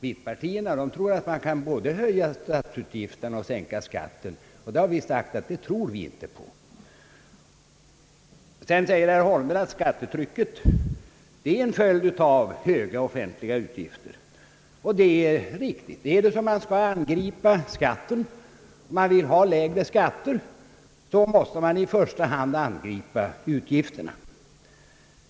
Mittpartierna tycks anse att man kan både höja statsutgifterna och sänka skatten, och det tror vi inte på. Vidare säger herr Holmberg att skattetrycket är en följd av höga offentliga utgifter. Det är riktigt — vill man ha lägre skatter måste man i första hand angripa utgifterna.